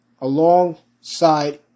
alongside